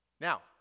Now